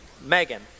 Megan